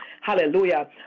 hallelujah